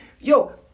yo